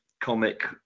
comic